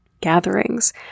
gatherings